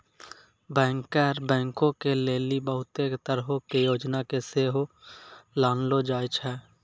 banker बैंको के लेली बहुते तरहो के योजना के सेहो लानलो जाय छै